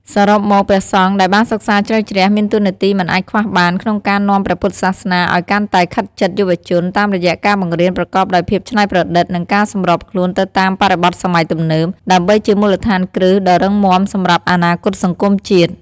សរុបមក ព្រះសង្ឃដែលបានសិក្សាជ្រៅជ្រះមានតួនាទីមិនអាចខ្វះបានក្នុងការនាំព្រះពុទ្ធសាសនាឱ្យកាន់តែខិតជិតយុវជន តាមរយៈការបង្រៀនប្រកបដោយភាពច្នៃប្រឌិត និងការសម្របខ្លួនទៅតាមបរិបទសម័យទំនើប ដើម្បីជាមូលដ្ឋានគ្រឹះដ៏រឹងមាំសម្រាប់អនាគតសង្គមជាតិ។